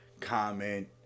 comment